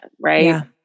right